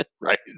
right